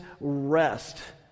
rest